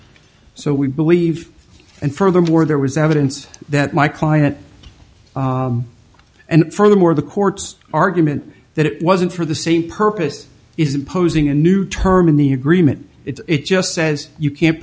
so we believe and furthermore there was evidence that my client and furthermore the court's argument that it wasn't for the same purpose is imposing a new term in the agreement it just says you can't